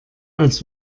als